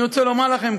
אני רוצה לומר לכם,